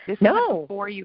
No